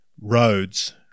roads